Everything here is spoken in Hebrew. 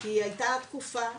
כי היתה תקופה,